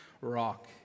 Rock